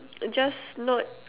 just not